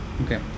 Okay